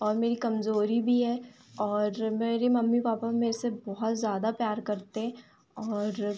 और मेरी कमज़ोरी भी है और मेरे मम्मी पापा मेरे से बहुत ज़्यादा प्यार करते हैं और